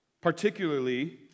Particularly